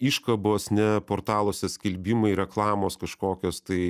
iškabos ne portaluose skelbimai reklamos kažkokios tai